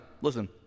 listen